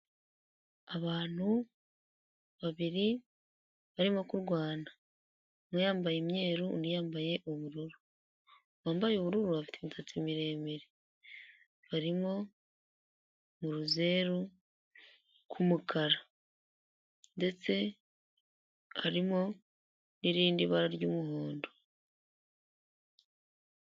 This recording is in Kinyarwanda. Abantu babiri barimo kurwana. Umwe yambaye imyeru undi yambaye ubururu, uwambaye ubururu afite imisatsi miremire, barimo mu ruzeru rw'umukara ndetse arimo n'irindi bara ry'umuhondo.